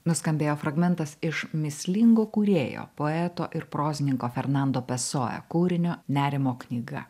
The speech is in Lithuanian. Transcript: nuskambėjo fragmentas iš mįslingo kūrėjo poeto ir prozininko fernando pesoja kūrinio nerimo knyga